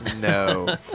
No